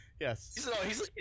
Yes